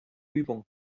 übung